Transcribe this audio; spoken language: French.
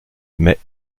mais